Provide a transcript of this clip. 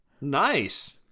Nice